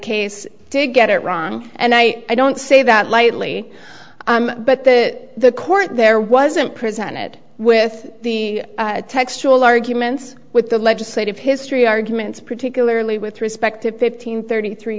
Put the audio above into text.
case to get it wrong and i don't say that lightly but that the court there wasn't presented with the textual arguments with the legislative history arguments particularly with respect to fifteen thirty three